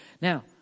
Now